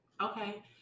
Okay